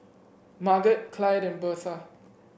Marget Clyde and Birtha